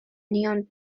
neon